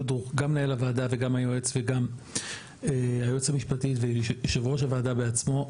גם מנהל הוועדה וגם היועץ וגם היועצת המשפטית ויושב ראש הוועדה בעצמו,